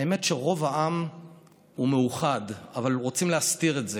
האמת שרוב העם מאוחד, אבל רוצים להסתיר את זה.